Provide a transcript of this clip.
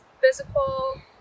physical